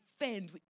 defend